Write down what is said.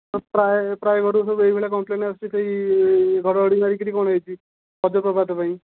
ପ୍ରାୟ ପ୍ରାୟ ଘରୁ ଏବେ ଏହି ଭଳିଆ କମ୍ପ୍ଲେନ୍ ଆସୁଛି ଏଇ ଘଡ଼ଘଡ଼ି ମାରିକି କ'ଣ ହୋଇଛି ବଜ୍ରାଘାତ ପାଇଁ